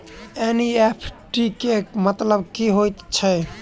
NEFT केँ मतलब की हएत छै?